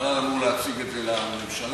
המל"ל אמור להציג לממשלה,